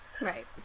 Right